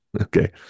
Okay